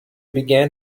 began